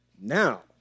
now